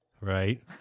Right